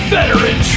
Veteran